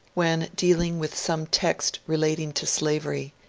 when dealing with some text relating to slavery,